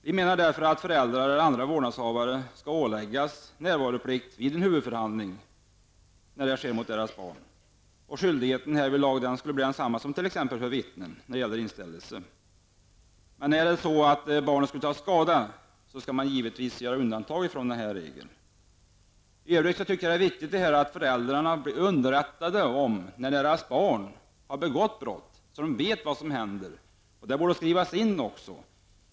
Vi anser därför att föräldrar eller andra vårdnadshavare skall åläggas närvaroplikt vid huvudförhandling mot deras barn. Skyldigheten härvidlag skulle bli densamma som t.ex. vid inställelse för vittnen. Är det så att barnet skulle ta skada kan man givetvis göra undantag från denna regel. I övrigt är det viktigt att föräldrarna underrättas när deras barn har begått brott så att de vet vad som händer.